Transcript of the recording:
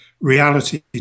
reality